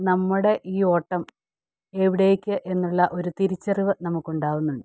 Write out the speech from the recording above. നമ്മുടെ ഈ ഓട്ടം എവിടേക്ക് എന്നുള്ള ഒരു തിരിച്ചറിവ് നമുക്കുണ്ടാവുന്നുണ്ട്